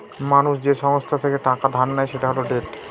মানুষ যে সংস্থা থেকে টাকা ধার নেয় সেটা হল ডেট